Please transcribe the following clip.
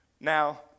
Now